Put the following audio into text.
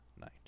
night